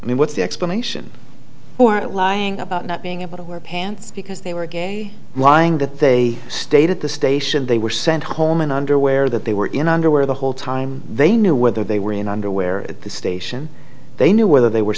i mean what's the explanation for it lying about not being able to wear pants because they were gay lying that they stayed at the station they were sent home and underwear that they were in underwear the whole time they knew whether they were in underwear at the station they knew whether they were